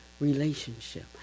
relationship